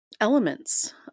elements